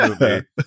movie